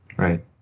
Right